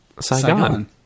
Saigon